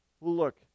look